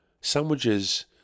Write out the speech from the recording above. Sandwiches